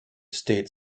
state